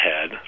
head